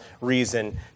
reason